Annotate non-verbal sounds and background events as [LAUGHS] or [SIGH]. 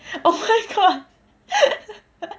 oh my god [LAUGHS]